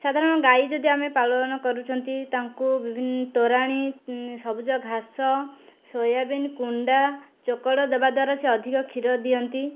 ସାଧାରଣ ଗାଈ ଯଦି ଆମେ ପାଳନ କରୁଛନ୍ତି ତାଙ୍କୁ ବିଭିନ୍ନ ତୋରାଣି ସବୁଜ ଘାସ ସୋୟାବିନ୍ କୁଣ୍ଡା ଚୋକଡ଼ ଦେବା ଦ୍ଵାରା ସେ ଅଧିକ କ୍ଷୀର ଦିଅନ୍ତି